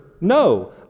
No